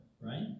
right